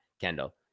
Kendall